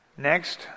Next